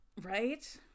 right